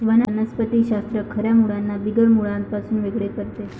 वनस्पति शास्त्र खऱ्या मुळांना बिगर मुळांपासून वेगळे करते